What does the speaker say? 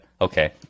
okay